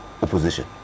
opposition